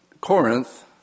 Corinth